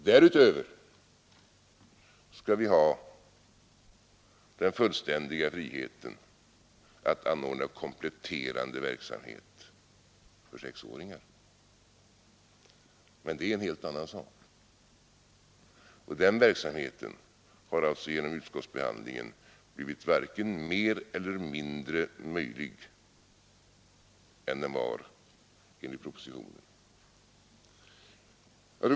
Därutöver skall vi ha den fullständiga friheten att ordna kompletterande verksamhet för sexåringar, men det är en helt annan sak, och den verksamheten har alltså genom utskottsbehandlingen blivit varken mer eller mindre möjlig än den var enligt propositionen.